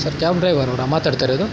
sir cab driver ಅವರಾ ಮಾತಾಡ್ತಾ ಇರೋದು